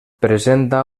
presenta